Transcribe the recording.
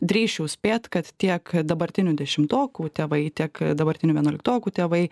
drįsčiau spėt kad tiek dabartinių dešimtokų tėvai tiek dabartinių vienuoliktokų tėvai